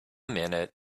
minute